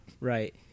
Right